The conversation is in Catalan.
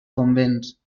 convents